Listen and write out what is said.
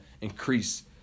increase